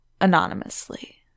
anonymously